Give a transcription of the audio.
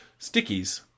stickies